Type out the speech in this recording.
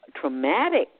Traumatic